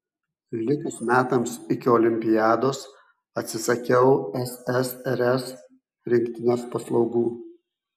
likus metams iki olimpiados atsisakiau ssrs rinktinės paslaugų